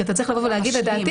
כי אתה צריך לבוא ולהגיד לדעתי,